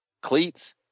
cleats